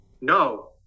No